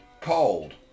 cold